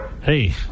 hey